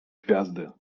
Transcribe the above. gwiazdy